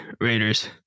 Raiders